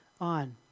on